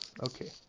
okay